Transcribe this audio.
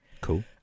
cool